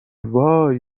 وای